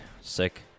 sick